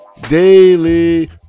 daily